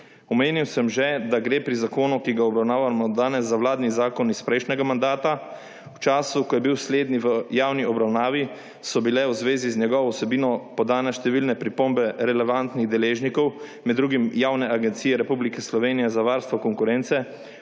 Omenil sem že, da gre pri zakonu, ki ga obravnavamo danes, za vladni zakon iz prejšnjega mandata. V času, ko je bil slednji v javni obravnavi, so bile v zvezi z njegovo vsebino podane številne pripombe relevantnih deležnikov, med drugim Javne agencije Republike Slovenije za varstvo konkurence,